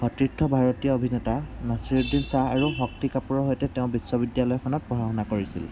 সতীৰ্থ ভাৰতীয় অভিনেতা নাছীৰুদ্দিন শ্বাহ আৰু শক্তি কাপুৰৰ সৈতে তেওঁ বিশ্ববিদ্যালয়খনত পঢ়া শুনা কৰিছিল